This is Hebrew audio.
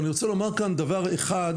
ואני רוצה לומר כאן דבר אחד,